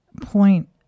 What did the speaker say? point